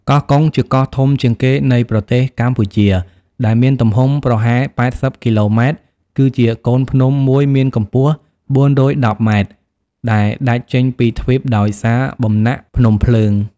កោះកុង ជាកោះធំជាងគេនៃប្រទេសកម្ពុជា ដែលមានទំហំប្រហែល ៨០ គីឡូម៉ែត្រ គឺជាកូនភ្នំមួយមានកំពស់ ៤១០ ម៉ែត្រ ដែលដាច់ចេញពីទ្វីបដោយសារ បំណាក់ភ្នំភ្លើង ។